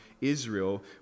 Israel